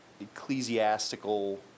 ecclesiastical